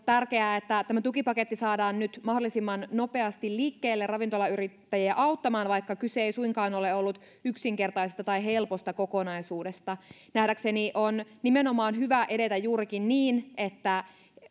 tärkeää että tukipaketti saadaan nyt mahdollisimman nopeasti liikkeelle ravintolayrittäjiä auttamaan vaikka kyse ei suinkaan ole ollut yksinkertaisesta tai helposta kokonaisuudesta nähdäkseni on nimenomaan hyvä edetä juurikin niin että